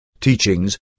teachings